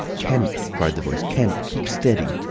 kemp! cried the voice. kemp! keep steady!